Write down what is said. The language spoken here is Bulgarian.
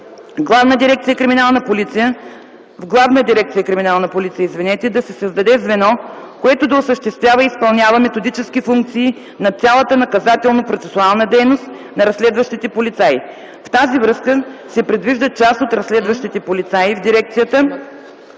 Главна дирекция „Криминална полиция” да се създаде звено, което да осъществява и изпълнява методически функции над цялата наказателно-процесуална дейност на разследващите полицаи. В тази връзка се предвижда част от разследващите полицаи в дирекцията